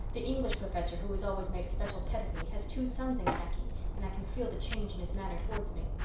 the english professor, who has always made a special pet of me, has two sons in khaki and i can feel the change in his manner towards me.